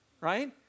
right